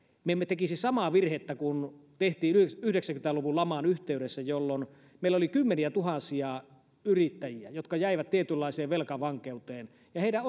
me emme tekisi samaa virhettä kuin tehtiin yhdeksänkymmentä luvun laman yhteydessä jolloin meillä oli kymmeniätuhansia yrittäjiä jotka jäivät tietynlaiseen velkavankeuteen ja heidän